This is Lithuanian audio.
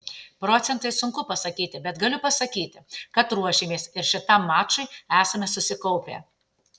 procentais sunku pasakyti bet galiu pasakyti kad ruošėmės ir šitam mačui esame susikaupę